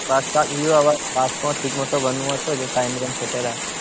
ᱵᱟᱥ ᱥᱟᱵ ᱦᱩᱭᱩᱜ ᱟ ᱟᱵᱟᱨ ᱵᱟᱥ ᱠᱚᱦᱚᱸ ᱴᱷᱤᱠ ᱢᱚᱛᱚ ᱵᱟᱱᱩᱜ ᱟ ᱛᱚ ᱡᱮ ᱴᱟᱭᱤᱢ ᱨᱮᱢ ᱥᱮᱴᱮᱨᱟ